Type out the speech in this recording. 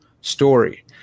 story